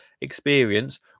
experience